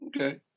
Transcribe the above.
okay